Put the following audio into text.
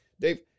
Dave